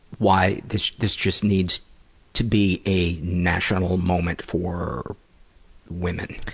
why this this just needs to be a national moment for women.